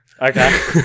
Okay